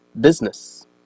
business